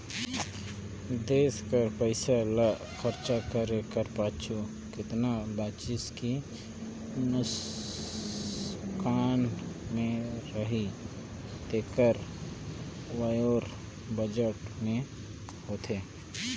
देस कर पइसा ल खरचा करे कर पाछू केतना बांचही कि नोसकान में रही तेकर ब्योरा बजट में होथे